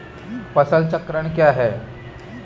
फसल चक्रण क्या है?